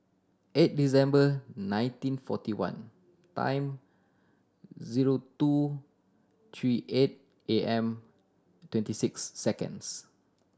eight December nineteen forty one time zero two three eight A M twenty six seconds